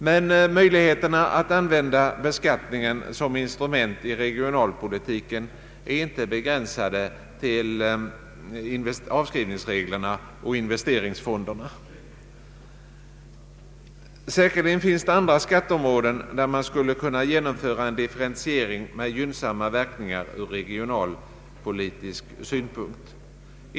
Men möjligheterna att använda beskattningen som instrument i regionalpolitiken är inte begränsade till avskrivningsreglerna och investeringsfonderna. Säkerligen finns det andra skatteområden där man skulle kunna genomföra en differentiering med gynnsamma verkningar från regionalpolitisk synpunkt.